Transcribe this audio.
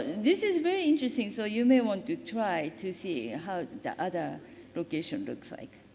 this is very interesting. so, you may want to try to see how the other location looks like.